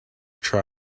try